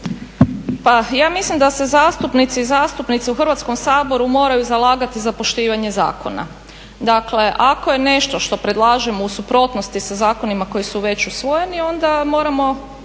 Pa ja mislim da se zastupnici i zastupnice u Hrvatskom saboru moraju zalagati za poštivanje zakona. Dakle, ako je nešto što predlažemo u suprotnosti sa zakonima koji su već usvojeni onda moramo